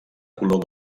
color